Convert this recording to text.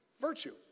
Virtue